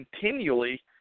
continually